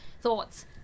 thoughts